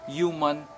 human